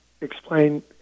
explain –